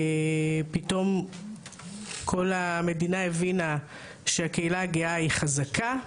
בהפגנות פתאום כל המדינה הבינה שהקהילה הגאה היא חזקה.